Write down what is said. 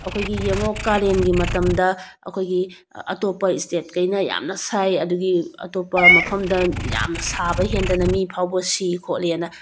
ꯑꯩꯈꯣꯏꯒꯤ ꯌꯦꯡꯉꯣ ꯀꯥꯂꯦꯟꯒꯤ ꯃꯇꯝꯗ ꯑꯩꯈꯣꯏꯒꯤ ꯑꯇꯣꯞꯄ ꯏꯁꯇꯦꯠꯀꯩꯅ ꯌꯥꯝꯅ ꯁꯥꯏ ꯑꯗꯨꯒꯤ ꯑꯇꯣꯞꯄ ꯃꯐꯝꯗ ꯌꯥꯝꯅ ꯁꯥꯕ ꯍꯦꯟꯗꯅ ꯃꯤ ꯐꯥꯎꯕ ꯁꯤ ꯈꯣꯠꯂꯦꯅ